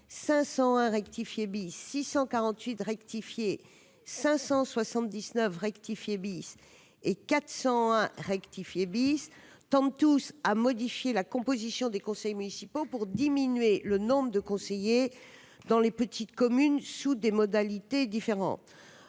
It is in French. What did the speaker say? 501 rectifié 648 rectifié 570 neuf rectifier bis et 400 rectifié bis tendent tous à modifier la composition des conseils municipaux pour diminuer le nombre de conseillers dans les petites communes sous des modalités différentes,